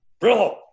Brillo